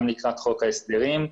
גם לקראת חוק ההסדרים,